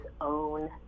own